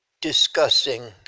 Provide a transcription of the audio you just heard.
discussing